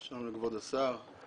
שלום לכבוד השר,